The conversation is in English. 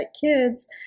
kids